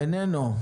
איננו.